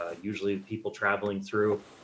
ah usually people traveling through